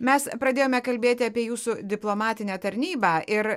mes pradėjome kalbėti apie jūsų diplomatinę tarnybą ir